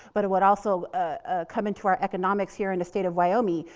but it would also ah come into our economics here in the state of wyoming,